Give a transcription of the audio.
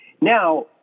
Now